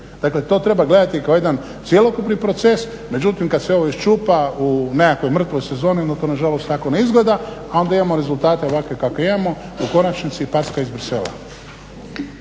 Dakle, to treba gledati kao jedan cjelokupni proces. Međutim, kad se ovo iščupa u nekakvoj mrtvoj sezoni onda to nažalost tako ne izgleda, a onda imamo rezultate ovakve kakve imamo i u konačnici packa iz Bruxellesa.